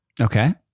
Okay